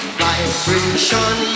vibration